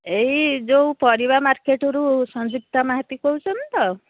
ଏଇ ଯୋଉ ପରିବା ମାର୍କେଟ୍ରୁ ସଂଯୁକ୍ତା ମାହାତି କହୁଛନ୍ତି ତ